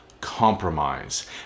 compromise